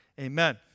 Amen